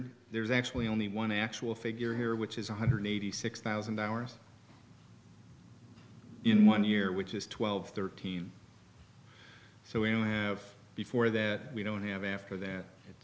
hundred there's actually only one actual figure here which is one hundred eighty six thousand hours in one year which is twelve thirteen so we have before that we don't have after that